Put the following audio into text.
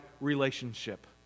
relationship